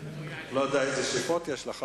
לא יודע אילו שאיפות יש לך,